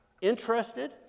interested